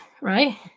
right